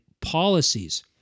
policies